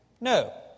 No